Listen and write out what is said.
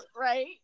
right